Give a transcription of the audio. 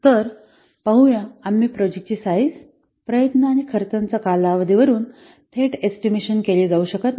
तर पाहूया आम्ही प्रोजेक्टची साईझ प्रयत्न आणि खर्चाचा कालावधी वरून थेट एस्टिमेशन केले जाऊ शकत नाही